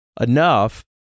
enough